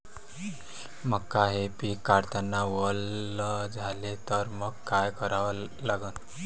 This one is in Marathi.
मका हे पिक काढतांना वल झाले तर मंग काय करावं लागन?